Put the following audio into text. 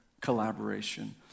collaboration